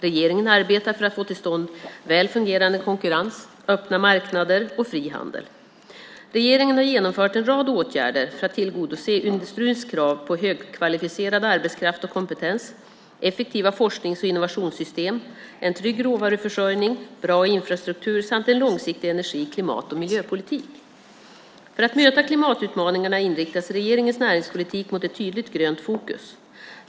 Regeringen arbetar för att få till stånd väl fungerande konkurrens, öppna marknader och fri handel. Regeringen har genomfört en rad åtgärder för att tillgodose industrins krav på högkvalificerad arbetskraft och kompetens, effektiva forsknings och innovationssystem, en trygg råvaruförsörjning, bra infrastruktur samt en långsiktig energi-, klimat och miljöpolitik. För att möta klimatutmaningarna inriktas regeringens näringspolitik mot ett tydligt grönt fokus.